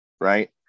Right